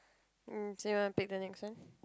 um so you wanna pick the next one